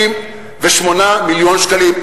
1.168 מיליארד שקלים.